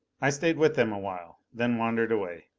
i stayed with them awhile, then wandered away.